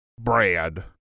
Brad